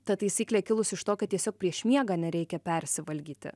ta taisyklė kilus iš to kad tiesiog prieš miegą nereikia persivalgyti